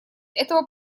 этого